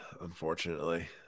Unfortunately